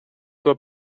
tua